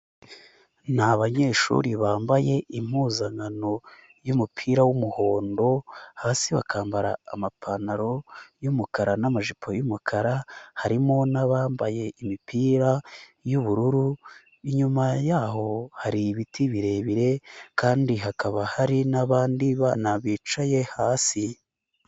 Ni banyeshuri bambaye impuzankano y'umupira w'umuhondo, hasi bakambara amapantaro y'umukara n'amajipo y'umukara, harimo abambaye imipira y'ubururu, inyuma yaho hari ibiti birebire kandi hakaba hari n'abandi bana bicaye hasi.